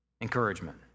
encouragement